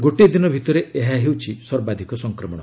ଗୋଟିଏ ଦିନ ଭିତରେ ଏହା ହେଉଛି ସର୍ବାଧିକ ସଂକ୍ରମଣ